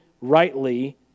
rightly